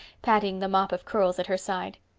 patting the mop of curls at her side.